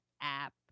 app